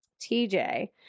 TJ